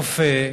רופא,